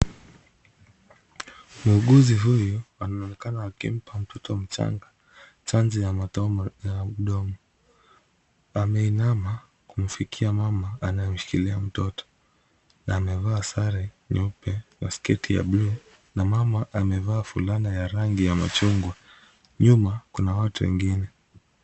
Muuguzi huyu anaonekana akimpa mtoto mchanga chanjo ya mdomo. Ameinama kumfikia mama anayemshikilia mtoto na amevaa sare nyeupe na sketi ya blue na mama amevaa fulana ya rangi ya machungwa. Nyuma kuna watu wengine.